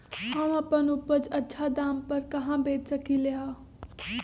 हम अपन उपज अच्छा दाम पर कहाँ बेच सकीले ह?